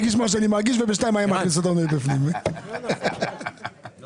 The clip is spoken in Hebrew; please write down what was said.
מה שסיכמנו, אנחנו לא